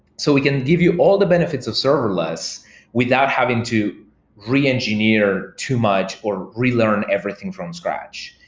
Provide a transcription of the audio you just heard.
so we can give you all the benefits of serverless without having to reengineer to much or relearn everything from scratch.